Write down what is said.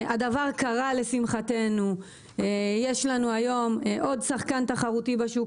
הדבר קרה לשמחתנו ויש לנו היום עוד שחקן תחרותי בשוק